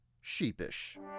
sheepish